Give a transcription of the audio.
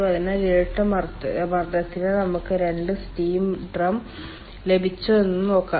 അതിനാൽ ഇരട്ട മർദ്ദത്തിന് നമുക്ക് 2 സ്റ്റീം ഡ്രം ലഭിച്ചുവെന്ന് നോക്കാം